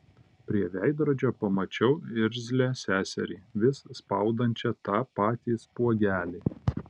prie veidrodžio pamačiau irzlią seserį vis spaudančią tą patį spuogelį